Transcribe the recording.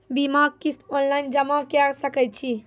बीमाक किस्त ऑनलाइन जमा कॅ सकै छी?